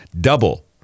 double